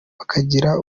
bakagira